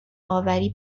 اوری